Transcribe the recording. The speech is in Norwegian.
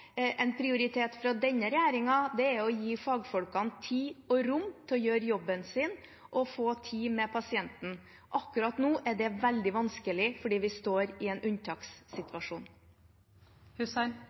En prioritet for denne regjeringen er å gi fagfolkene tid og rom til å gjøre jobben sin og få tid med pasienten. Akkurat nå er det veldig vanskelig fordi vi står i en